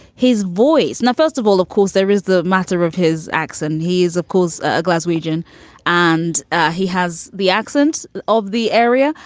his voice. now, first of all, of course, there is the matter of his acts. and he is, of course, a glaswegian and he has the accent of the area,